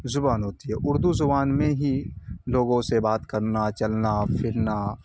زبان ہوتی ہے اردو زبان میں ہی لوگوں سے بات کرنا چلنا فرنا